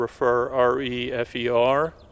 R-E-F-E-R